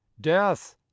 Death